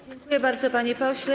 Dziękuję bardzo, panie pośle.